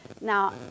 Now